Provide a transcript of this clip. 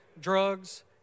drugs